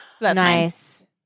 Nice